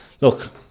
look